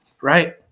right